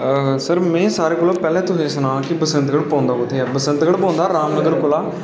sir में सारें कोला पैह्ले तुसेंगी सुनां कि साढे़ बसंत गढ़ पौंदा कुत्थैं ऐ बसंत गढ़ पौंदा राम नगर कोला